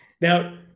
Now